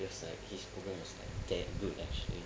it's like his programs were like damn good actually